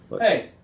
Hey